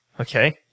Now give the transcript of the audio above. Okay